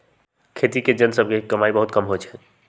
खेती के जन सभ के कमाइ बहुते कम होइ छइ